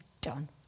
done